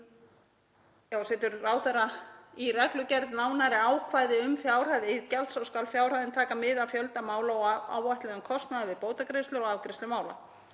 setur ráðherra í reglugerð nánari ákvæði um fjárhæð iðgjalds og skal fjárhæðin taka mið af fjölda mála og áætluðum kostnaði við bótagreiðslur og afgreiðslu mála.